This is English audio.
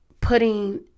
putting